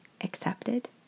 accepted